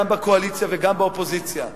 גם בקואליציה וגם באופוזיציה,